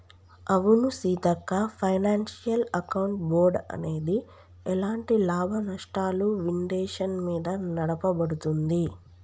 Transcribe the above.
అవును Seethakka financial account board అనేది ఎలాంటి లాభనష్టాలు విండేషన్ మీద నడపబడుతుంది